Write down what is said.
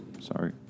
Sorry